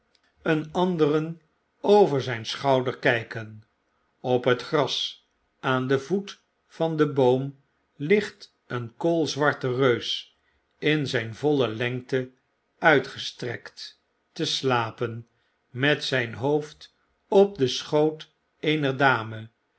een anderen over zyn schouder kykenl op het gras aan den voet van den boom ligt een koolzwarte reus in zyn voile lengte uitgestrekt te slapen met zyn hoofd op den schoot eener dame